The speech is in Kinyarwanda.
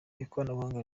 ikoranabuhanga